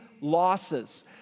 losses